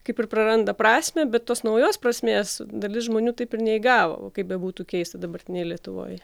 kaip ir praranda prasmę bet tos naujos prasmės dalis žmonių taip ir neįgavo va kaip bebūtų keista dabartinėj lietuvoj